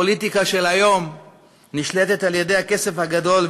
הפוליטיקה של היום נשלטת על-ידי הכסף הגדול,